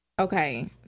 Okay